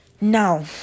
Now